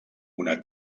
una